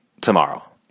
tomorrow